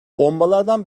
bombalardan